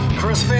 Chris